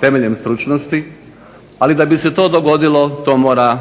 temeljem stručnosti, ali da bi se to dogodilo to mora